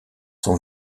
son